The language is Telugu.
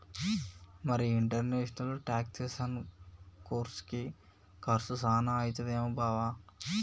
మరి ఇంటర్నేషనల్ టాక్సెసను కోర్సుకి కర్సు సాన అయితదేమో బావా